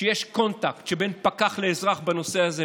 שיש קונטקט בין פקח לבין אזרח בנושא הזה.